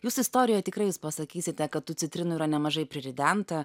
jūsų istorijoj tikrai jūs pasakysite kad tų citrinų yra nemažai priridenta